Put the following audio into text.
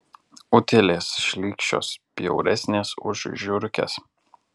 utėlės šlykščios bjauresnės už žiurkes